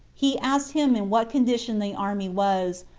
he asked him in what condition the army was,